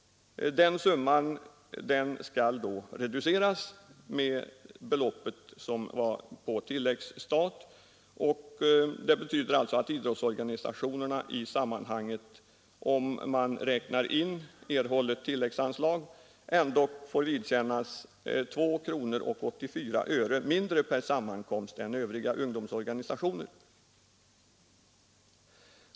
Beloppet skall dock reduceras med bidraget på tilläggsstat, och det betyder att idrottsorganisationerna — om man räknar in tilläggsanslaget — får vidkännas en minskning med 2:84 kronor per sammankomst jämfört med övriga idrottsorganisationer.